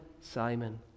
Simon